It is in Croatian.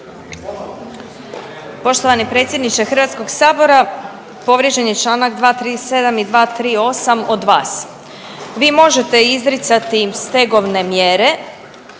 Poštovani predsjedniče Hrvatskoga sabora povrijeđen je članak 237. i 238. od vas. Vi možete izricati stegovne mjere